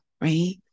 right